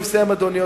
אני מסיים, אדוני.